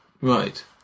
Right